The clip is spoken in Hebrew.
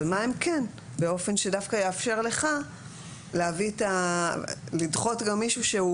אבל מה הם כן באופן שדווקא יאפשר לך לדחות גם מישהו שהוא